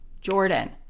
Jordan